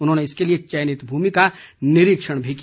उन्होंने इसके लिए चयनित भूमि का निरीक्षण भी किया